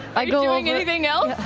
are you doing anything else?